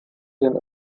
den